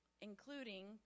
including